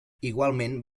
igualment